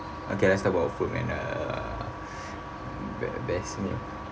okay let's talk about food man uh be~ best meal